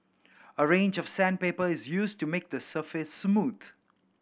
a range of sandpaper is used to make the surface smooth